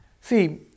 See